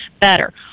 better